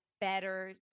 better